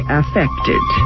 affected